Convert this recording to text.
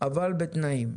אבל בתנאים.